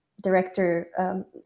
director